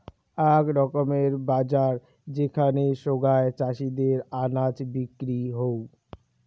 আক রকমের বাজার যেখানে সোগায় চাষীদের আনাজ বিক্রি হউ